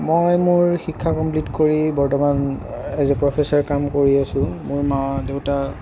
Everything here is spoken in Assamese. মই মোৰ শিক্ষা কমপ্লিট কৰি বৰ্তমান এজ এ প্ৰফেচৰ কাম কৰি আছোঁ আৰু মোৰ মা দেউতা